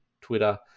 Twitter